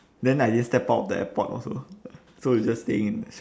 then I didn't step out of the airport also so it's just staying in the